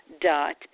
dot